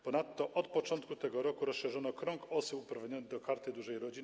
Ponadto od początku tego roku rozszerzono krąg osób uprawnionych do Karty Dużej Rodziny.